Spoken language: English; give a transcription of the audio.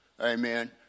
Amen